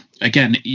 again